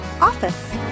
OFFICE